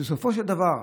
בסופו של דבר,